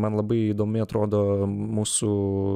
man labai įdomi atrodo mūsų